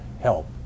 help